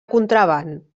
contraban